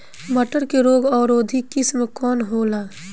मटर के रोग अवरोधी किस्म कौन होला?